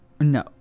No